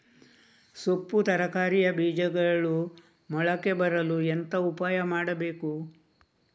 ಸೊಪ್ಪು ತರಕಾರಿಯ ಬೀಜಗಳು ಮೊಳಕೆ ಬರಲು ಎಂತ ಉಪಾಯ ಮಾಡಬೇಕು?